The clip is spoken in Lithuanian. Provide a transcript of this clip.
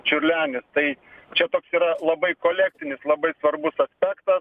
čiurlenis tai čia toks yra labai kolekcinis labai svarbus aspektas